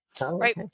right